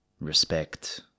respect